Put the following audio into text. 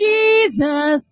Jesus